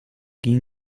ging